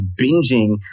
binging